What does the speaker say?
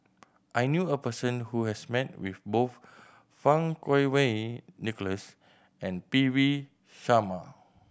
I knew a person who has met with both Fang Kuo Wei Nicholas and P V Sharma